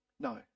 No